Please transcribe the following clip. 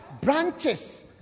branches